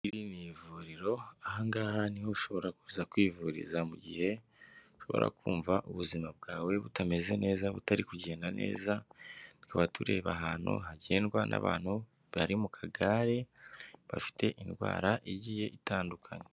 Iri ni ivuriro ahangaha niho ushobora kuza kwivuriza mu gihe ushobora kumva ubuzima bwawe butameze neza butari kugenda neza tukaba tureba ahantu hagendwa n'abantu bari mu kagare bafite indwara igiye itandukanye.